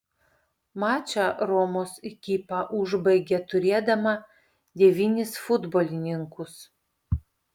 mačą romos ekipa užbaigė turėdama devynis futbolininkus